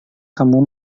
kamu